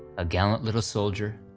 a gallant little soldier,